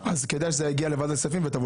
אז כדאי שזה יגיע לוועדת הכספים ותבוא לשמוע אותו.